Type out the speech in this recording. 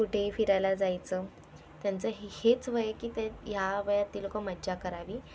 कुठे फिरायला जायचं त्यांचं हे हेच वय आहे की ते या वयात ते लोकं मज्जा करावी